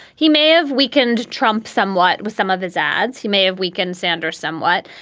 he may have weakened trump somewhat with some of his ads. he may have weakened sanders somewhat.